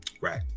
right